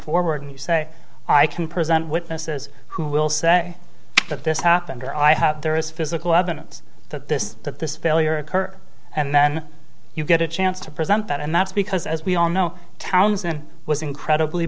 forward and you say i can present witnesses who will say that this happened or i have there is physical evidence that this that this failure occurred and then you get a chance to present that and that's because as we all know townsend was incredibly